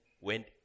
went